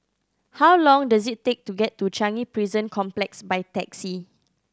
how long does it take to get to Changi Prison Complex by taxi